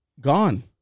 gone